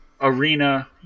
Arena